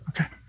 Okay